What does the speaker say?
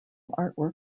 artwork